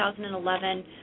2011